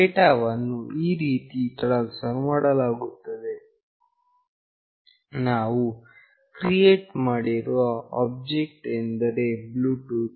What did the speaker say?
ಡೇಟಾವನ್ನು ಈ ರೀತಿ ಟ್ರಾನ್ಸ್ಫರ್ ಮಾಡಲಾಗುತ್ತದೆ ನಾವು ಕ್ರಿಯೇಟ್ ಮಾಡಿರುವ ಆಬ್ಜೆಕ್ಟ್ ಎಂದರೆ ಬ್ಲೂಟೂತ್